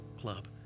club